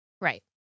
Right